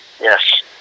Yes